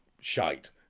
shite